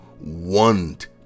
want